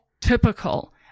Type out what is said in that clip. typical